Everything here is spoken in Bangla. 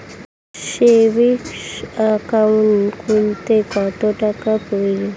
সেভিংস একাউন্ট খুলতে কত টাকার প্রয়োজন?